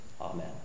Amen